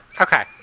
Okay